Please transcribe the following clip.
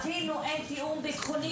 אפילו אין תיאום ביטחוני.